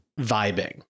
vibing